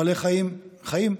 בעלי חיים חיים,